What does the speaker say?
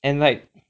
and like